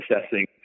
assessing